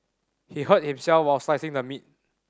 he hurt himself while slicing the meat